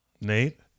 Nate